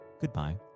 goodbye